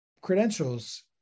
credentials